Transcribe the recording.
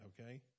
okay